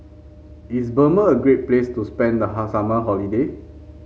is Burma a great place to spend the hot summer holiday